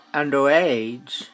underage